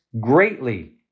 greatly